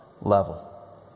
level